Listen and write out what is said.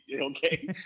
Okay